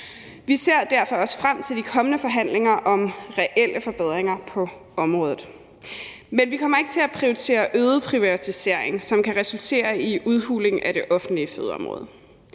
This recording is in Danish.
Vi ser derfor også frem til de kommende forhandlinger om reelle forbedringer på området. Men vi kommer ikke til at prioritere øget privatisering, som kan resultere i en udhuling af det offentlige fødeområdet.